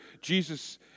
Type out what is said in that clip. Jesus